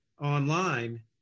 online